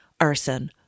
arson